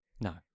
No